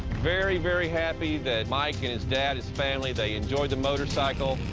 very, very happy that mike and his dad, his family, they enjoyed the motorcycle.